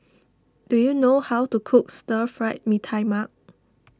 do you know how to cook Stir Fried Mee Tai Mak